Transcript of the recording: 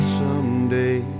someday